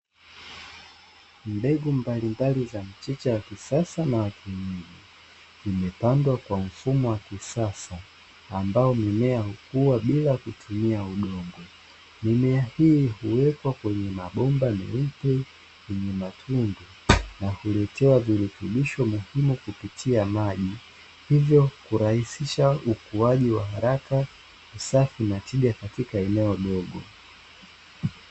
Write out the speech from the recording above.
Mbegu mbalimbali za mchicha wa kisasa na wa kienyeji imepandwa kwa mfumo wa kisasa ambao mimea hukua bila kutumia udongo, mimea hii huwekwa kwenye mabomba meupe yenye matundu na kuletewa virutubisho muhimu kupitia maji hivyo kurahisisha ukuaji wa haraka, safi na tija katika eneo dogo.